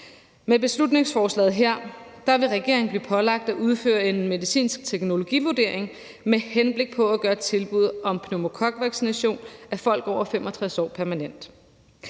Med beslutningsforslaget her vil regeringen blive pålagt at udføre en medicinsk teknologivurdering med henblik på at gøre tilbuddet om pneumokokvaccination af folk over 65 år permanent.